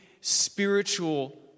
spiritual